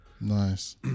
Nice